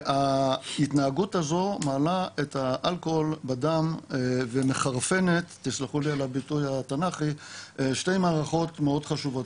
ההתנהגות הזו מעלה את האלכוהול בדם ומחרפנת שתי מערכות מאוד חשובות,